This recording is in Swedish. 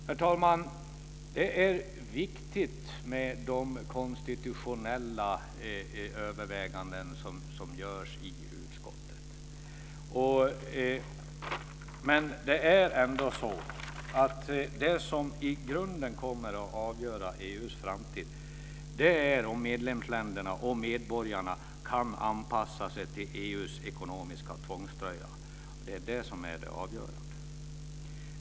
Herr talman! Det är viktigt med de konstitutionella överväganden som görs i utskottet. Men det är ändå så att det som i grunden kommer att avgöra EU:s framtid är om medlemsländerna och medborgarna kan anpassa sig till EU:s ekonomiska tvångströja. Det är det som är det avgörande.